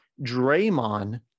Draymond